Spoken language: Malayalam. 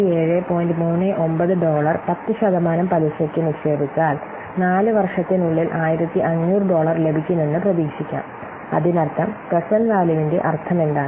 39 ഡോളർ 10 ശതമാനം പലിശയ്ക്ക് നിക്ഷേപിച്ചാൽ നാല് വർഷത്തിനുള്ളിൽ 1500 ഡോളർ ലഭിക്കുമെന്ന് പ്രതീക്ഷിക്കാം അതിനർത്ഥം പ്രേസേന്റ്റ് വാല്യൂവിന്റെ അർത്ഥമെന്താണ്